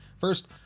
First